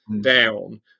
down